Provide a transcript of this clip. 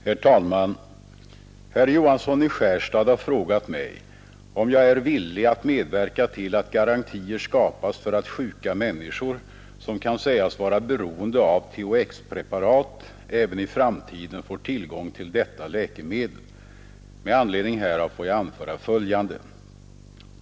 Herr talman! Herr Johansson i Skärstad har frågat mig om jag är villig att medverka till att garantier skapas för att sjuka människor, som kan sägas vara beroende av THX-preparatet, även i framtiden får tillgång till detta läkemedel. Med anledning härav får jag anföra följande.